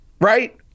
Right